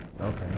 okay